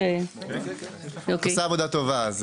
את עושה עבודה טובה.